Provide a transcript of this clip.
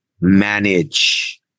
manage